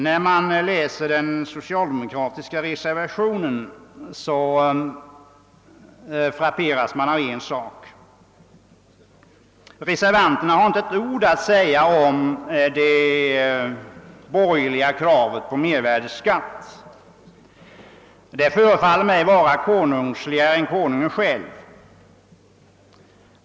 När man läser den socialdemokratiska reservationen frapperas man av en sak: reservanterna har inte ett ord att säga om det borgerliga kravet på mervärdeskatt. Det förefaller mig vara konungsligare än konungen själv.